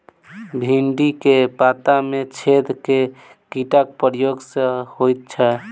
भिन्डी केँ पत्ता मे छेद केँ कीटक प्रकोप सऽ होइ छै?